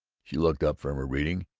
she looked up from her reading.